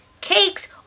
cakes